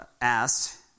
asked